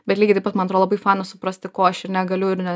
bet lygiai taip pat man atro labai faina suprasti ko aš ir negaliu ir